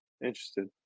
interested